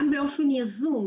גם באופן יזום,